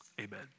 Amen